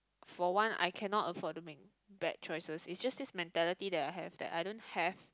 for one I cannot afford to make bad choices is just this mentality that I have that I don't have